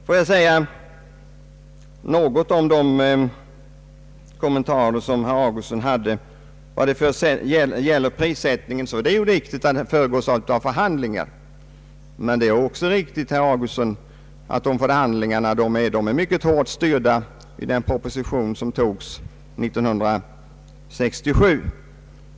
Jag skall säga något om de kommentarer som herr Augustsson gjorde. Vad gäller prissättningen är det riktigt att den har föregåtts av förhandlingar, men dessa förhandlingar är mycket hårt styrda genom den preposition som antogs 1967.